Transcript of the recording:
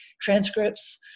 transcripts